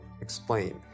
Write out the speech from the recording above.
explain